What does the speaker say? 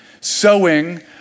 sowing